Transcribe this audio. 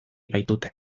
baitute